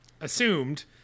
assumed